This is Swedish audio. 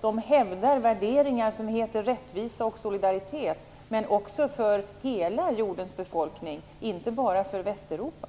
De hävdar värderingar som rättvisa och solidaritet, men för hela jordens befolkning och inte bara för Västeuropa.